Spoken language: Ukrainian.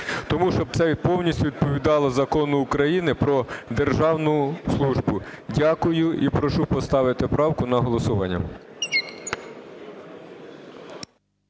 тому, щоб це повністю відповідало Закону України "Про державну службу". Дякую і прошу поставити правку на голосування.